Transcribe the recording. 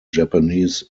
japanese